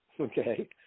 okay